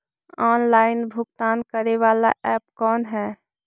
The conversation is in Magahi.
ऑनलाइन भुगतान करे बाला ऐप कौन है?